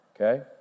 Okay